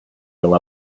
fill